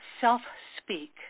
self-speak